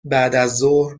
بعدازظهر